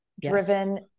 driven